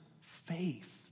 faith